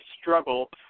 struggle